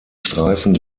streifen